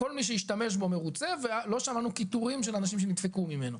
כל מי שהשתמש בו מרוצה ולא שמענו קיטורים של אנשים שנדפקו ממנו.